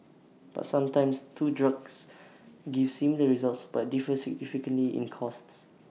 but sometimes two drugs give similar results but differ significantly in costs